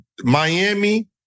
Miami